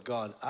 God